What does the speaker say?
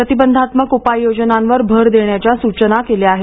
प्रतिबंधात्मक उपाय योजनांवर भर देण्याच्या सचना केल्या आहेत